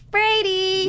Brady